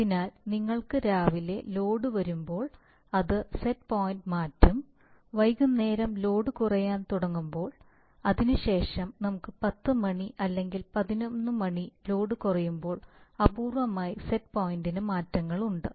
അതിനാൽ നിങ്ങൾക്ക് രാവിലെ ലോഡ് വരുമ്പോൾ അത് സെറ്റ് പോയിന്റ് മാറ്റും വൈകുന്നേരം ലോഡ് കുറയാൻ തുടങ്ങും അതിനുശേഷം നമുക്ക് 10 മണി അല്ലെങ്കിൽ 11 മണിക്ക് ലോഡ് കുറയുമ്പോൾ അപൂർവ്വമായി സെറ്റ് പോയിന്റ് മാറ്റങ്ങളുണ്ട്